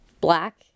Black